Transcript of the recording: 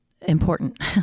important